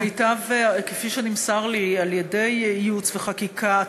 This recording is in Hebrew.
כפי שנמסר לי על-ידי מחלקת ייעוץ וחקיקה,